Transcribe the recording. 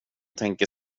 tänker